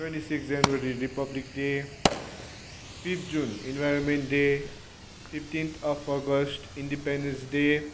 twenty six January Republic Day fifth June Environment Day fifteenth of August Independence day